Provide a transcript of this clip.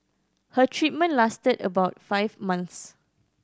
her treatment lasted about five months